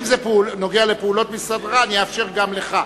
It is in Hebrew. אם זה נוגע לפעולות משרדך, אני אאפשר גם לך.